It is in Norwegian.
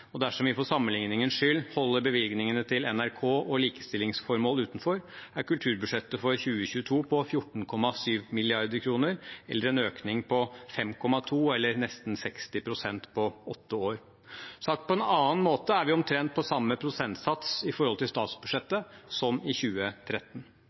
og dersom vi for sammenligningens skyld holder bevilgningene til NRK og likestillingsformål utenfor, er kulturbudsjettet for 2022 på 14,7 mrd. kr, eller en økning på 5,2 mrd. kr – eller nesten 60 pst. på åtte år. Sagt på en annen måte er vi omtrent på samme prosentsats i forhold til